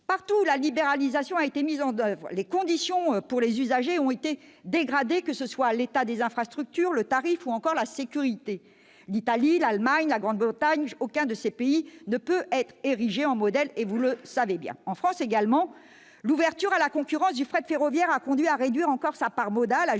Partout où la libéralisation du ferroviaire a été mise en oeuvre, les conditions de transport des usagers se sont dégradées, que ce soit en raison de l'état des infrastructures, des tarifs ou encore de la sécurité. L'Italie, l'Allemagne, le Royaume-Uni, aucun de ces pays ne peut être érigé en modèle, et vous le savez bien ! En France également, l'ouverture à la concurrence du fret ferroviaire a conduit à réduire encore plus sa part modale,